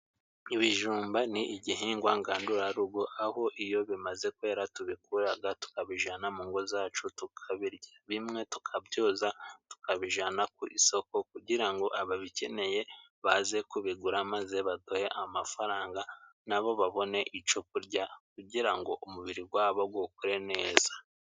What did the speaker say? Ibijumba ni igihingwa ngandurarugo, aho iyo bimaze kwera tubikura tukabajyana mu ngo zacu turya, bimwe tukabyoza tukabijyana ku isoko kugira ngo ababikeneye baze kubigura, maze baduhehe amafaranga, nabo babone icyo kurya kugira ngo umubiri wabo ukore neza.